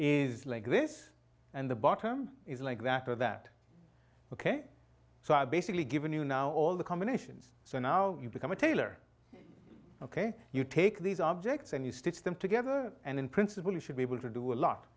is like this and the bottom is like that or that ok so i basically given you now all the combinations so now you become a tailor ok you take these objects and you stitch them together and in principle you should be able to do a lot